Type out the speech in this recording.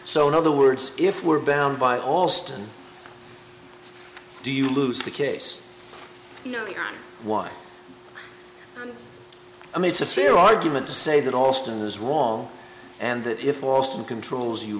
so in other words if we're bound by alston do you lose the case why i mean it's a fair argument to say that alston is wrong and that if for some controls you